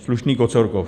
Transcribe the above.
Slušný kocourkov.